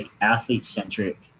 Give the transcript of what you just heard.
athlete-centric